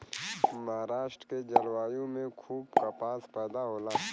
महाराष्ट्र के जलवायु में खूब कपास पैदा होला